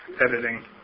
editing